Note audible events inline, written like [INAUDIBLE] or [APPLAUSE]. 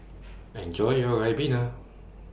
[NOISE] Enjoy your Ribena